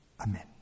amen